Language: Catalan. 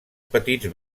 petits